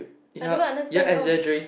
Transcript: I don't understand how